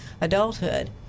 adulthood